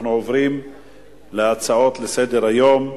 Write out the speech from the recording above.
אנחנו עוברים להצעות לסדר-היום.